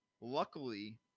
luckily